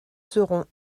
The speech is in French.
seront